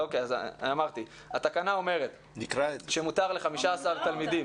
התקנה אומרת שמותר ל-15 תלמידים.